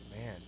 man